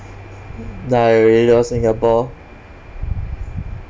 die already lor singapore